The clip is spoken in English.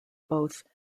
both